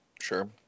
Sure